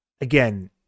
Again